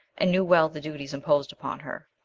and knew well the duties imposed upon her.